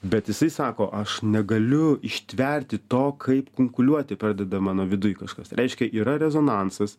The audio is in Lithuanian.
bet jisai sako aš negaliu ištverti to kaip kunkuliuoti pradeda mano viduj kažkas reiškia yra rezonansas